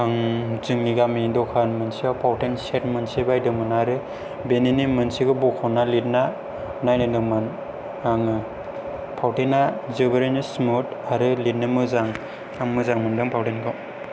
आं जोंनि गामि दखान खाथियाव मोनसे फावथेन सेट बायदोंमोन आरो बेनि मोनसेबो बखना लिरना नायनायदोंमोन आङो फावथेना जोबोरैनो स्मुट आरो लिरनो मोजां आं मोजां मोनदों फावथेनखौ